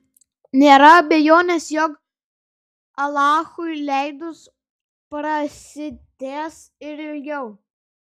nėra abejonės jog alachui leidus prasitęs ir ilgiau